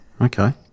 Okay